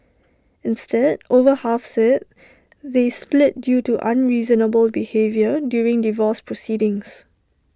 instead over half said they split due to unreasonable behaviour during divorce proceedings